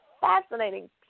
fascinating